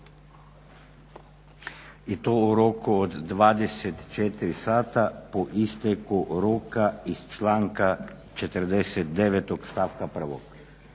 i to u roku od 24 sata po isteku roka iz članka 49.stavka 1.